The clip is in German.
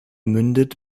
mündet